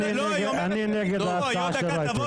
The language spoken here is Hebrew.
אני נגד ההצעה של רייטן.